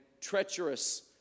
treacherous